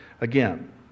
again